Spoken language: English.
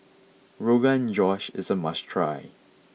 Rogan Josh is a must try